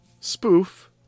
spoof